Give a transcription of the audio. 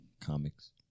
comics